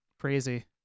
crazy